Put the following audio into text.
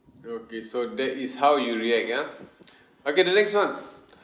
okay so that is how you react ya okay the next one